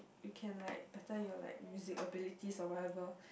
you can like better your like music abilities or whatever